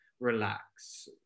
relax